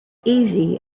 easy